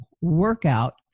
workout